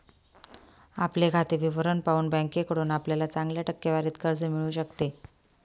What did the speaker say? आपले खाते विवरण पाहून बँकेकडून आपल्याला चांगल्या टक्केवारीत कर्ज मिळू शकते